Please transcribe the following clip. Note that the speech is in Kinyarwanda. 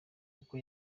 kuko